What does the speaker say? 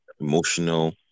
emotional